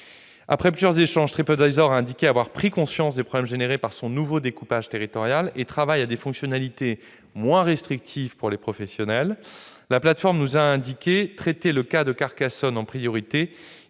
Après plusieurs échanges, TripAdvisor a indiqué avoir pris conscience des problèmes générés par son nouveau découpage territorial et travaille à des fonctionnalités moins restrictives pour les professionnels. La plateforme nous a indiqué traiter le cas de Carcassonne en priorité